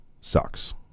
sucks